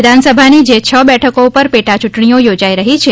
વિધાનસભાની જે છ બેઠકો ઉપર પેટાચૂંટણીઓ યોજાઇ રહી છે